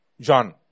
John